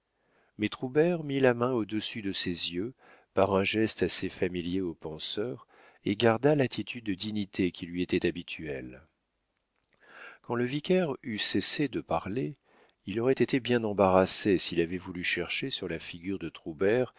mais troubert mit la main au-dessus de ses yeux par un geste assez familier aux penseurs et garda l'attitude de dignité qui lui était habituelle quand le vicaire eut cessé de parler il aurait été bien embarrassé s'il avait voulu chercher sur la figure de